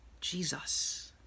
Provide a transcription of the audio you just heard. Jesus